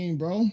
bro